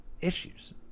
issues